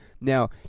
Now